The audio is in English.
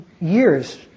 years